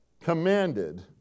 commanded